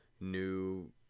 new